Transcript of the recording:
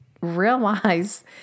realize